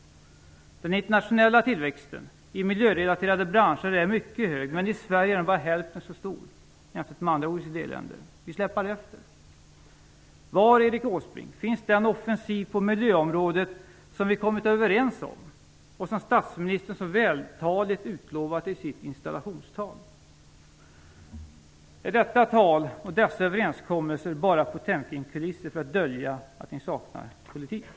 Den internationella tillväxten i miljörelaterade branscher är mycket hög, men i Sverige är den, jämfört med andra OECD-länder, bara hälften så stor. Vi släpar efter! Var, Erik Åsbrink, finns den offensiv på miljöområdet som vi har kommit överens om och som statsministern så vältaligt utlovat i sitt installationstal? Är detta tal och dessa överenskommelser bara Potemkinkulisser för att dölja att ni saknar politik?